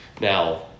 Now